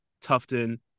Tufton